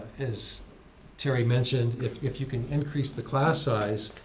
as terry mentioned. if if you can increase the class size,